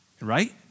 Right